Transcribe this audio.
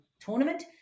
tournament